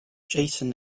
jason